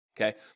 Okay